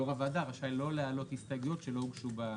יושב-ראש הוועדה ראשי לא להעלות הסתייגויות שלא הוגשו במועד.